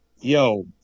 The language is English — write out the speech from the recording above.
yo